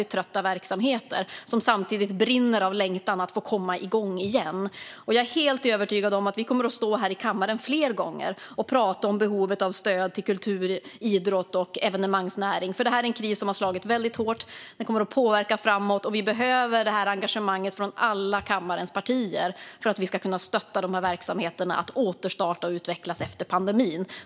Trötta verksamheter brinner nu av längtan att få komma igång igen. Jag är helt övertygad om att vi kommer att stå i kammaren fler gånger och prata om behovet av stöd till kultur, idrott och evenemangsnäring. Den här krisen har slagit väldigt hårt och kommer att påverka framåt, och därför behöver vi engagemanget från alla kammarens partier för att kunna stötta dessa verksamheter att återstarta och utvecklas efter pandemin.